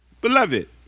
Beloved